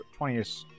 20th